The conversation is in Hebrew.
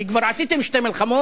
כי כבר עשיתם שתי מלחמות